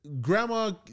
Grandma